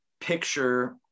picture